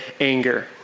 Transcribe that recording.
anger